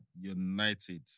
United